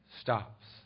stops